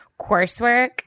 coursework